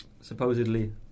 supposedly